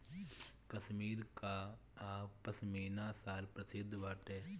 कश्मीर कअ पशमीना शाल प्रसिद्ध बाटे